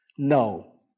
No